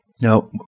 Now